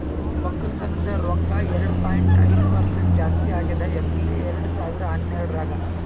ಒಕ್ಕಲತನದ್ ರೊಕ್ಕ ಎರಡು ಪಾಯಿಂಟ್ ಐದು ಪರಸೆಂಟ್ ಜಾಸ್ತಿ ಆಗ್ಯದ್ ಏಪ್ರಿಲ್ ಎರಡು ಸಾವಿರ ಹನ್ನೆರಡರಾಗ್